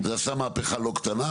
מהפכה לא קטנה.